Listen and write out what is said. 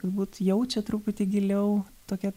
galbūt jaučia truputį giliau tokią